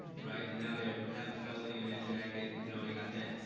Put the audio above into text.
right? and now they ah have a felony in their jacket. you know, they got that,